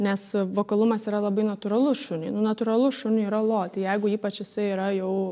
nes vokalumas yra labai natūralus šuniui natūralu šuniui yra loti jeigu ypač jisai yra jau